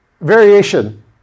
variation